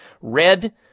Red